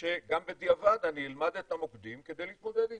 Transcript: שגם בדיעבד אני אלמד את המוקדים כדי להתמודד איתם.